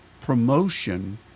promotion